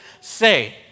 say